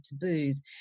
taboos